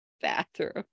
bathroom